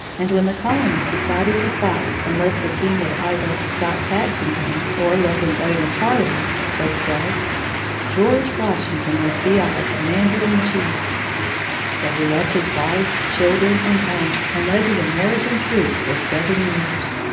and when the colonists decided to fight unless the king would either stop taxing them or let them vote in parliament, they said george washington must be our commander-in-chief. so he left his wife, children, and home, and led the american troops for seven years.